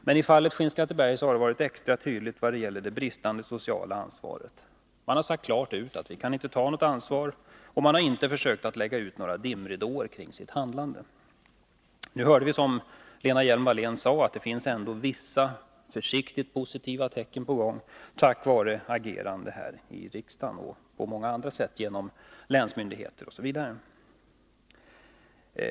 Men i fallet Skinnskatteberg har det varit extra tydligt vad gäller det bristande sociala ansvaret. Man har sagt klart ut att man inte kan ta något ansvar, och man har inte försökt att lägga ut några dimridåer kring sitt handlande. Nu hörde vi, av det Lena Hjelm Wallén sade, att det finns vissa försiktigt positiva tecken tack vare agerande här i riksdagen och på många andra sätt, genom länsmyndigheter osv.